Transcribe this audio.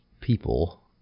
people